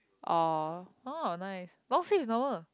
oh oh nice long sleeve is normal